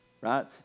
Right